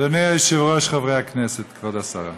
אדוני היושב-ראש, חברי הכנסת, כבוד השרה,